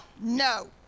no